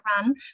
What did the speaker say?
run